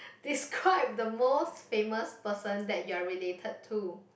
describe the most famous person that you are related to